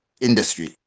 industry